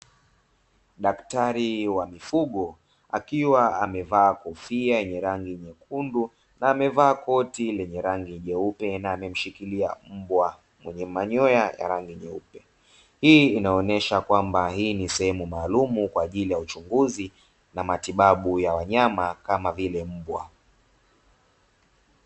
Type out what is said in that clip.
Daktari wa mifugo, akiwa amevaa kofia yenye rangi nyekundu na amevaa koti lenye rangi jeupe na amemshikilia mbwa mwenye manyoya ya rangi nyeupe. Hii inaonyesha kwamba hii ni sehemu maalumu, kwa ajili ya uchunguzi na matibabu ya wanyama kama vile mbwa.